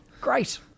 Great